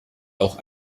auch